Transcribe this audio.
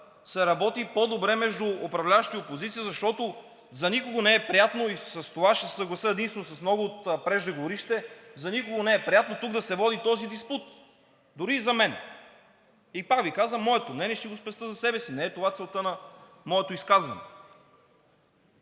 се работи по-добре между управляващи и опозиция, защото за никого не е приятно, и с това ще се съглася единствено с много от преждеговорившите, тук да се води този диспут, дори и за мен. И пак Ви казвам, моето мнение ще го спестя за себе си, не е това целта на изказването